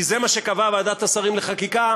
כי זה מה שקבעה ועדת השרים לחקיקה,